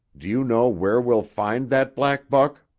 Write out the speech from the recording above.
do you know where we'll find that black buck?